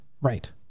Right